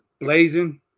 blazing